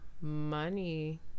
money